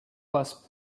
framework